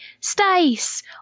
stace